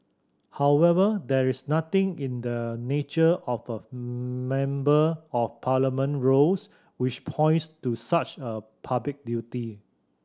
however there is nothing in the nature of a Member of parliament roles which points to such a public duty